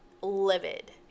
livid